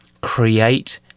create